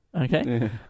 okay